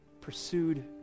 pursued